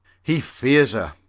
he fears her.